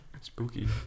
spooky